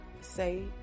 say